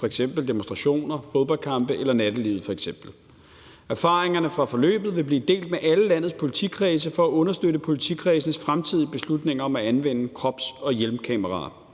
f.eks. ved demonstrationer, fodboldkampe eller i nattelivet. Erfaringerne fra forløbet vil blive delt med alle landets politikredse for at understøtte politikredsenes fremtidige beslutning om at anvende krops- og hjelmkameraer.